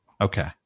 okay